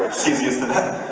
she's used to that.